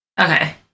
Okay